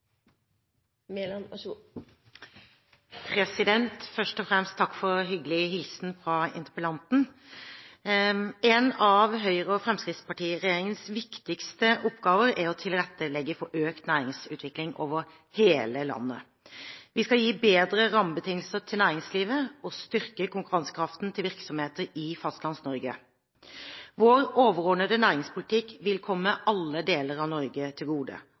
å tilrettelegge for økt næringsutvikling over hele landet. Vi skal gi bedre rammebetingelser til næringslivet og styrke konkurransekraften til virksomheter i Fastlands-Norge. Vår overordnede næringspolitikk vil komme alle deler av Norge til gode,